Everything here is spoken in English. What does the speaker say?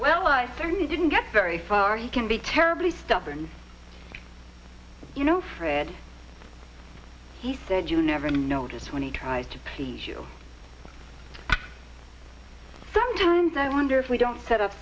well i certainly didn't get very far you can be terribly stubborn you know fred he said you never notice when he tries to please you sometimes i wonder we don't set of